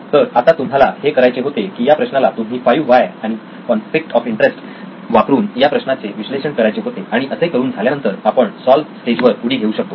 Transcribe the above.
तर आता तुम्हाला हे करायचे होते की या प्रश्नाला तुम्ही 5 व्हाय आणि कॉन्फ्लिक्ट ऑफ इंटरेस्ट वापरून त्या प्रश्नाचे विश्लेषण करायचे होते आणि असे करून झाल्यानंतर आपण सॉल्व्ह स्टेजवर उडी घेऊ शकतो